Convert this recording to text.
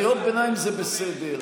קריאות ביניים זה בסדר,